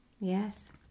Yes